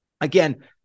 Again